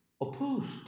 opposed